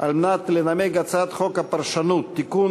על מנת לנמק את הצעת חוק הפרשנות (תיקון,